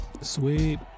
Sweet